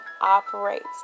operates